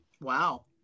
Wow